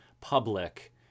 public